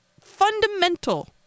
fundamental